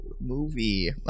movie